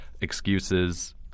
excuses